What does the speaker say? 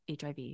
HIV